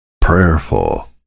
prayerful